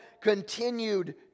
continued